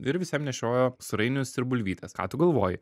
ir visiem nešiojo sūrainius ir bulvytes ką tu galvoji